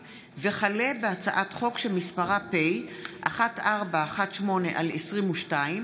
עסאקלה, עופר כסיף, איימן עודה ויוסף ג'בארין,